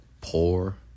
poor